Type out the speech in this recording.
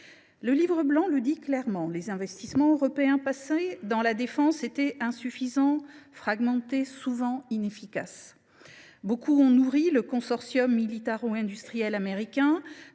Le livre blanc le dit clairement, les investissements européens dans la défense étaient insuffisants, fragmentés et souvent inefficaces. Beaucoup ont nourri le consortium militaro industriel américain,